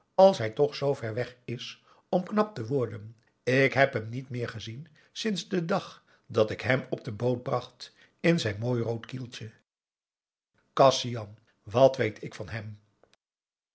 als hij toch zoover weg is om knap te worden ik heb hem niet meer gezien sinds den dag dat ik hem op de boot bracht in zijn mooi rood kieltje kasian wat weet ik van hem